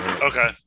Okay